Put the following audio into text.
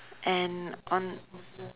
and on